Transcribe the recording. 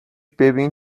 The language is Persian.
ببین